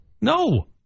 No